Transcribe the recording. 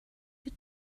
die